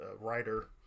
writer